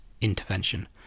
intervention